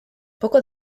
poco